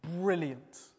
brilliant